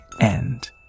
end